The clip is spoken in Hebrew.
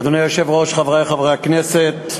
אדוני היושב-ראש, חברי חברי הכנסת,